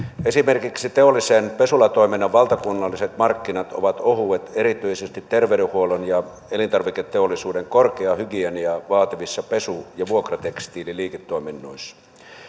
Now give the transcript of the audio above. esimerkiksi teollisen pesulatoiminnan valtakunnalliset markkinat ovat ohuet erityisesti terveydenhuollon ja elintarviketeollisuuden korkeaa hygieniaa vaativissa pesu ja vuokratekstiililiiketoiminnoissa